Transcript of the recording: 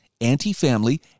anti-family